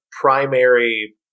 primary